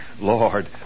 Lord